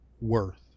worth